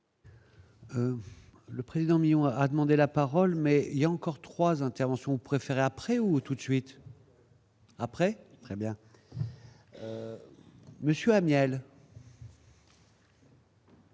Le président Millon a demandé la parole, mais il y a encore 3 interventions préféré après ou tout de suite. Après, très bien monsieur Amiel.